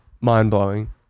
mind-blowing